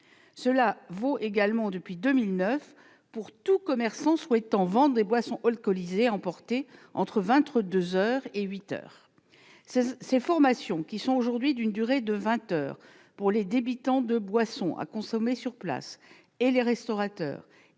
Cela vaut également, depuis 2009, pour tout commerçant souhaitant vendre des boissons alcoolisées à emporter entre vingt-deux heures et huit heures. Ces formations, qui sont aujourd'hui d'une durée de vingt heures pour les débitants de boissons à consommer sur place et les restaurateurs,